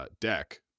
deck